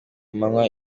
manywa